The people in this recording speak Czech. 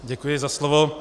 Děkuji za slovo.